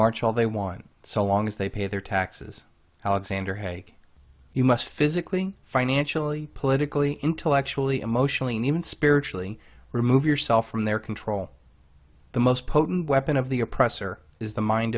march all they want so long as they pay their taxes alexander haig you must physically financially politically intellectually emotionally and even spiritually remove yourself from their control the most potent weapon of the oppressor is the mind